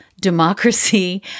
democracy